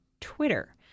Twitter